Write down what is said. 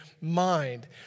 mind